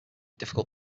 difficult